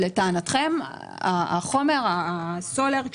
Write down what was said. לטענתכם הומר הסולר,